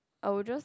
I will just